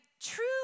true